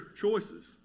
choices